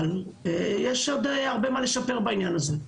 אבל יש עוד הרבה מה לשפר בעניין הזה.